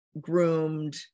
groomed